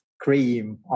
Cream